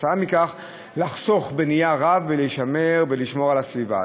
וכתוצאה מכך לחסוך נייר רב ולשמור על הסביבה.